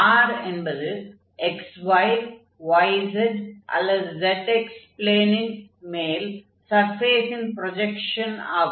R என்பது xy yz அல்லது zx ப்ளேனின் மேல் சர்ஃபேஸின் ப்ரொஜக்ஷன் ஆகும்